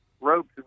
ropes